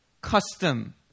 custom